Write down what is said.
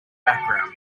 background